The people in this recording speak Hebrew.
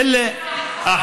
למה יש כנסת?